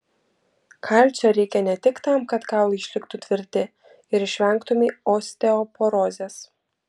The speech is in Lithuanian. kalcio reikia ne tik tam kad kaulai išliktų tvirti ir išvengtumei osteoporozės